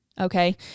Okay